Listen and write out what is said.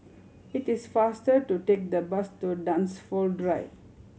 it is faster to take the bus to Dunsfold Drive